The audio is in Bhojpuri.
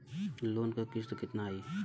लोन क किस्त कितना आई?